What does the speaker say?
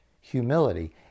humility